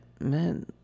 man